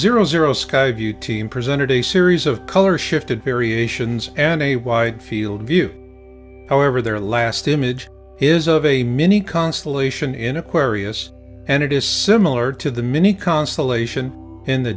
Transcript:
zero zero sky view team presented a series of color shifted variations and a wide field view however their last image is of a mini constellation in aquarius and it is similar to the mini constellation in the